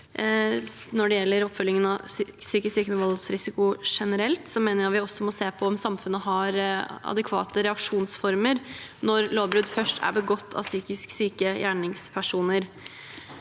når det gjelder oppfølgingen av psykisk syke med voldsrisiko generelt, mener jeg at vi også må se på om samfunnet har adekvate reaksjonsformer når lovbrudd først er begått av psykisk syke gjerningspersoner.